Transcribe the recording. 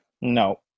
No